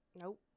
Nope